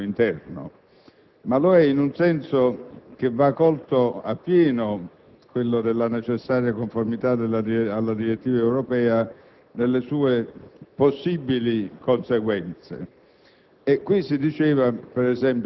Noi stiamo discutendo molto, in questa sede, della conformità alla direttiva europea, ed è certamente questo un punto colto con esattezza, perché è